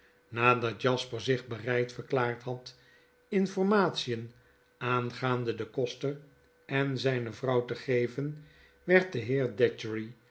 nadat jasper zich bereid verklaard had informatien aangaande den koster enzijnevrouw te geven werd de